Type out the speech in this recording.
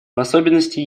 особенности